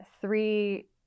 three